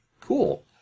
Cool